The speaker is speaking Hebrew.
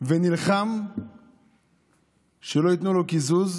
ונלחם שלא ייתנו לו קיזוז,